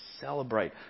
celebrate